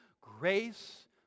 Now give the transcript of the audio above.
grace